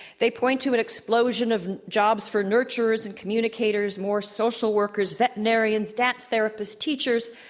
they point to an explosion of jobs for nurturers and communicators, more social workers, veterinarians, dance therapists, teachers.